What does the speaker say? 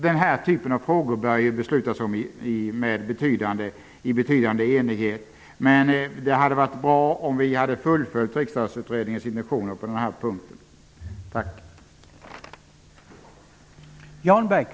Den här typen av frågor bör ju beslutas i betydande enighet. Men det hade varit bra om vi hade fullföljt Riksdagsutredningen på denna punkt. Tack!